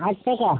আট টাকা